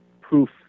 proof